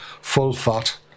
full-fat